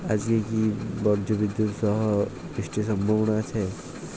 আজকে কি ব্রর্জবিদুৎ সহ বৃষ্টির সম্ভাবনা আছে?